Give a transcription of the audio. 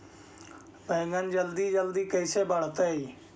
बैगन जल्दी जल्दी कैसे बढ़तै?